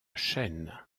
chaîne